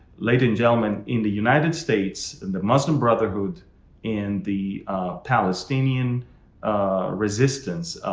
ladies and gentlemen, in the united states, and the muslim brotherhood and the palestinian resistance,